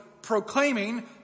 Proclaiming